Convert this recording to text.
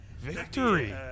Victory